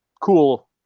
cool